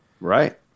right